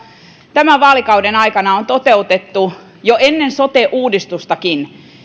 tämän vaalikauden aikana on toteutettu jo ennen sote uudistustakin